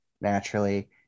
naturally